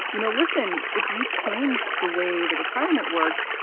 you know, listen, if we changed the way the retirement worked,